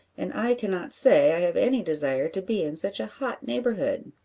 and i cannot say i have any desire to be in such a hot neighbourhood.